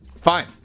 Fine